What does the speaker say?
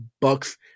Bucks